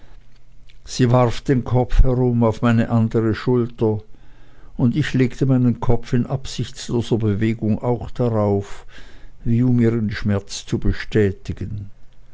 sie warf den kopf herum auf meine andere schulter und ich legte meinen kopf in absichtsloser bewegung auch darauf wie um ihren schmerz zu bestätigen